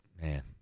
man